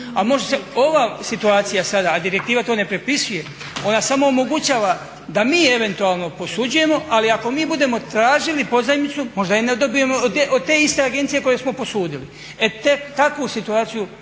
može se ova situacija sada, a direktiva to ne propisuje, ona samo omogućava da mi eventualno posuđujemo ali ako mi budemo tražili pozajmicu možda je ne dobijemo od te iste agencije koje smo posudili. E takvu situaciju